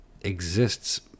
exists